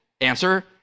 Answer